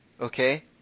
Okay